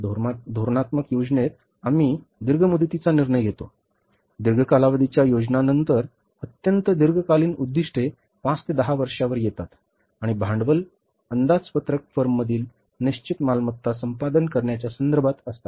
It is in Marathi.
धोरणात्मक योजनेत आम्ही दीर्घ मुदतीचा निर्णय घेतो दीर्घ कालावधीच्या योजनांनुसार अत्यंत दीर्घकालीन उद्दीष्टे पाच ते दहा वर्षांवर येतात आणि भांडवल अंदाजपत्रक फर्ममधील निश्चित मालमत्ता संपादन करण्याच्या संदर्भात असतात